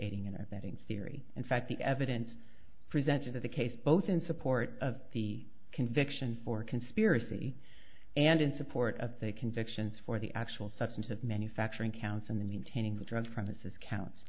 aiding and abetting theory in fact the evidence presented of the case both in support of the conviction for conspiracy and in support of the convictions for the actual substance of manufacturing counts in the mean taking drugs premises counts